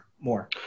more